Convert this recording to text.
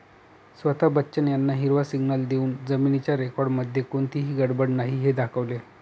स्वता बच्चन यांना हिरवा सिग्नल देऊन जमिनीच्या रेकॉर्डमध्ये कोणतीही गडबड नाही हे दाखवले